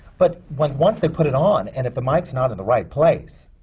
but once once they put it on, and if the mike's not in the right place,